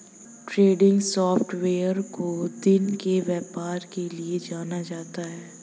trending software को दिन के व्यापार के लिये जाना जाता है